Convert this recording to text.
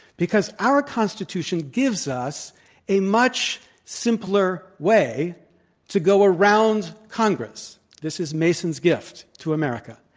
because our constitution gives us a much simpler way to go around congress. this is mason's gift to america.